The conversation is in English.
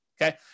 okay